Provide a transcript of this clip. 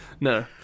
No